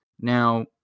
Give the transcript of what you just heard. now